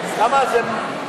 כמה זה?